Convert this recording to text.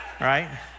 Right